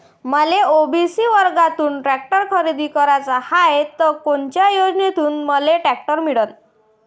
मले ओ.बी.सी वर्गातून टॅक्टर खरेदी कराचा हाये त कोनच्या योजनेतून मले टॅक्टर मिळन?